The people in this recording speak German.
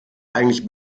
eigentlich